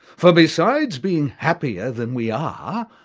for besides being happier than we are,